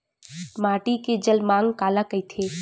माटी के जलमांग काला कइथे?